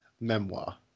memoir